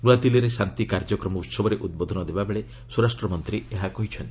ନୂଆଦିଲ୍ଲୀରେ ଶାନ୍ତି କାର୍ଯ୍ୟକ୍ରମ ଉତ୍ସବରେ ଉଦ୍ବୋଧନ ଦେଲାବେଳେ ସ୍ୱରାଷ୍ଟ୍ର ମନ୍ତ୍ରୀ ଏହା କହିଚ୍ଛନ୍ତି